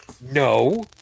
No